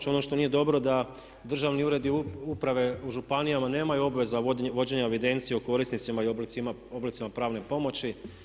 Ono što nije dobro da državni uredi uprave u županijama nemaju obvezu vođenja evidencije o korisnicima i oblicima pravne pomoći.